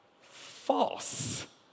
False